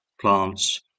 plants